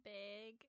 big